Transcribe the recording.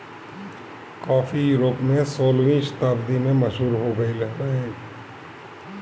काफी यूरोप में सोलहवीं शताब्दी में मशहूर हो गईल रहे